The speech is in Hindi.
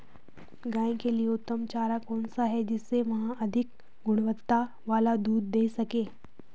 गाय के लिए उत्तम चारा कौन सा है जिससे वह अधिक गुणवत्ता वाला दूध दें सके?